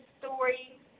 story